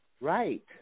Right